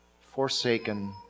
forsaken